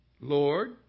Lord